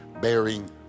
Bearing